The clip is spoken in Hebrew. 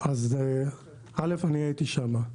אני הייתי שם.